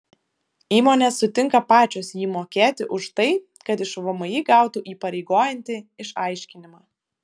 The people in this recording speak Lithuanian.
įmonės sutinka pačios jį mokėti už tai kad iš vmi gautų įpareigojantį išaiškinimą